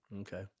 Okay